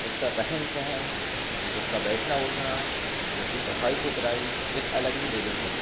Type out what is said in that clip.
اس کا رہن سہن اس کا بیٹھنا اٹھنا اس کی صفائی ستھرائی ایک الگ ہی لیبل پہ ہے